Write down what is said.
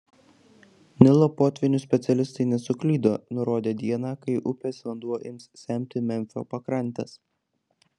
nilo potvynių specialistai nesuklydo nurodę dieną kai upės vanduo ims semti memfio pakrantes